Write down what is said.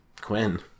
Quinn